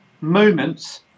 moments